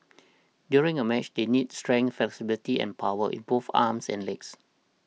during a match they need strength flexibility and power in both arms and legs